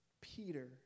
Peter